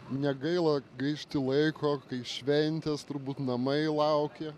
negaila gaišti laiko kai šventės turbūt namai laukia